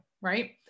right